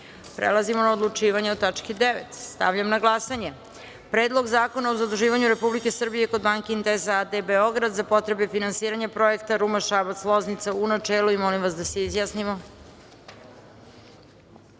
zakona. Prelazimo na odlučivanje o tački 9.Stavljam na glasanje Predlog zakona o zaduživanju Republike Srbije kod banke „Inteza a.d. Beograd“ za potrebe finansiranja projekta Ruma-Šabac-Loznica u načelu. Molim vas da se